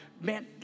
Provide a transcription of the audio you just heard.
Man